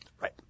Right